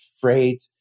freight